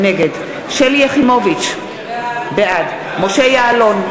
נגד שלי יחימוביץ, בעד משה יעלון,